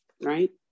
right